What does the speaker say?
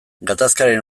gatazkaren